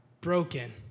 broken